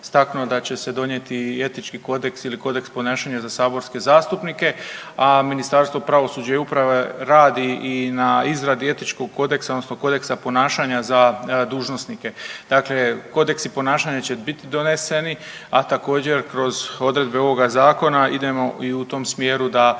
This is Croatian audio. da će se donijeti i etički kodeks ili kodeks ponašanja za saborske zastupnike, a Ministarstvo pravosuđa i uprave radi i na izradi etičkog kodeksa odnosno kodeksa ponašanja za dužnosnike. Dakle, kodeksi ponašanja će bit doneseni, a također kroz odredbe ovoga zakona idemo i u tom smjeru da